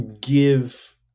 give